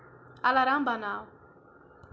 alarm بناو